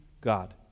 God